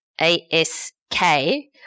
A-S-K